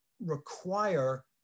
require